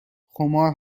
خمار